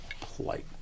plight